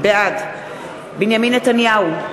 בעד בנימין נתניהו,